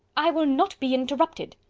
i will not be interrupted.